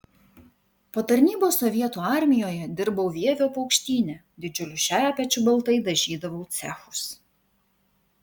po tarnybos sovietų armijoje dirbau vievio paukštyne didžiuliu šepečiu baltai dažydavau cechus